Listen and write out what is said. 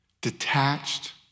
detached